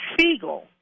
Siegel